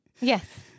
Yes